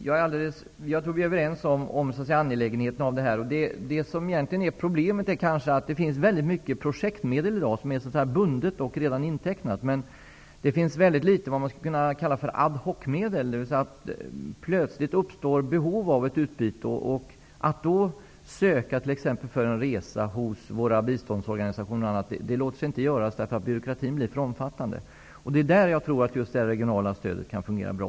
Herr talman! Jag tror att vi är överens om angelägenheten i detta projekt. Problemet är kanske att det i dag finns en väldig mängd projektmedel som så att säga redan är bundet och intecknat, medan det finns väldigt litet av vad man skulle kunna kalla ad hoc-medel, dvs. medel som kan användas när det plötsligt uppstår behov av ett utbyte. Att i en sådan situation söka bidrag för t.ex. en resa hos våra biståndsorganisationer, det låter sig inte göras, eftersom byråkratin blir för omfattande. Det är i det sammanhanget som jag tror att det regionala stödet kan fungera bra.